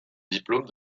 diplôme